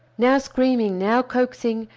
now screaming, now coaxing,